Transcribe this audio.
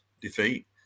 defeat